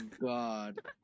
god